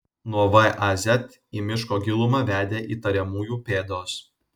nuo vaz į miško gilumą vedė įtariamųjų pėdos